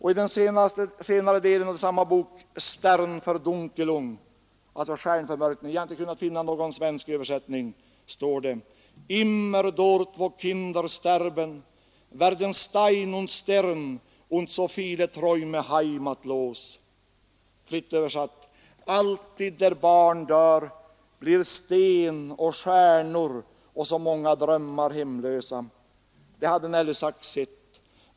I den senare delen av samma bok, ”Sternverdunkelung” — Stjärnförmörkelse; jag har inte kunnat finna någon svensk översättning — står det: ”Immer dort wo Kinder sterben werden Stein und Stern und so viele Träume heimatlos.” Fritt översatt: Alltid där barn dör blir sten och stjärnor och så många drömmar hemlösa. Det hade Nelly Sachs sett.